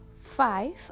five